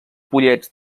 pollets